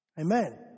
Amen